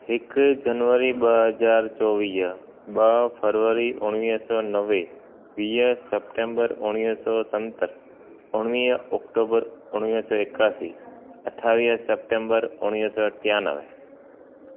हिकु जनवरी ॿ हज़ार चोवीह ॿ फरवरी उणिवीह सौ नवे वीह सेपटेम्बर उणिवीह सौ सतरि उणिवीह ऑक्टोबर उणिवीह सौ एकासी अठावीह सेपटेम्बर उणिवीह सौ टियानवे